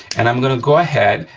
and i'm gonna go ahead,